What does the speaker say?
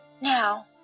Now